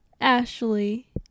Ashley